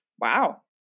Wow